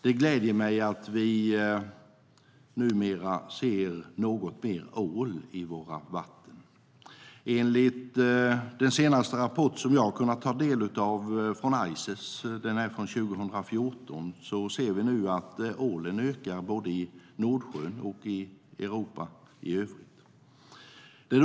Det gläder mig att vi numera ser något mer ål i våra vatten. Enligt den senaste rapport från Ices jag har kunnat ta del av - den är från 2014 - ser vi nu att ålen ökar både i Nordsjön och i Europa i övrigt.